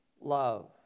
love